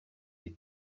les